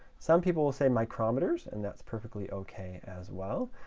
some people will say micrometers and that's perfectly ok as well.